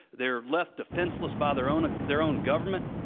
they are left defenseless by their own, ah their own government?